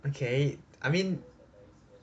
okay I mean